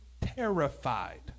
terrified